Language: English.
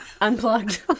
unplugged